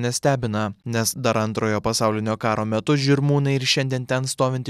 nestebina nes dar antrojo pasaulinio karo metu žirmūnai ir šiandien ten stovinti